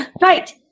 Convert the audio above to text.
Right